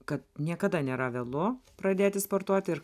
kad niekada nėra vėlu pradėti sportuoti ir